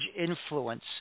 influence